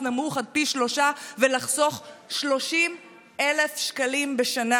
נמוך עד פי שלושה ולחסוך 30,000 שקלים בשנה,